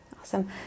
Awesome